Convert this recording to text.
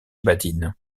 badine